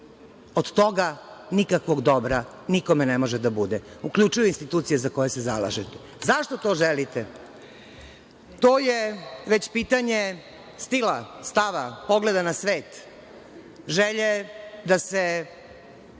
Od toga nikakvog dobra nikome ne može da bude uključuje i institucije za koje se zalažete. Zašto to želite? To je već pitanje stila, stava, pogleda na svet, želje da se